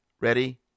Ready